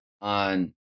on